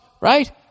right